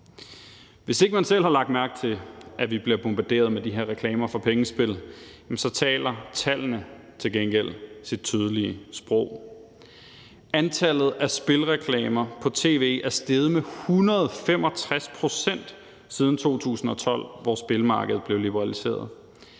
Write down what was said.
Hvis ikke man selv har lagt mærke til, at vi bliver bombarderet med de her reklamer for pengespil, så taler tallene til gengæld deres tydelige sprog. Antallet af spilreklamer på tv er steget med 165 pct. siden 2012, hvor spilmarkedet blev liberaliseret.